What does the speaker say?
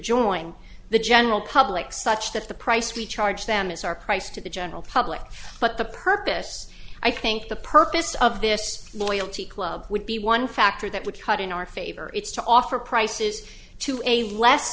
join the general public such that the price we charge them is our price to the general public but the purpose i think the purpose of this morial tea club would be one factor that would cut in our favor it's to offer prices to a less